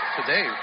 Today